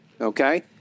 okay